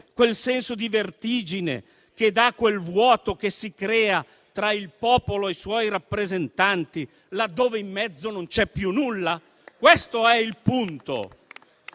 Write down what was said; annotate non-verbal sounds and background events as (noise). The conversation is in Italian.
il senso di vertigine che dà il vuoto che si crea tra il popolo e i suoi rappresentanti, laddove in mezzo non c'è più nulla? (applause) Questo è il punto,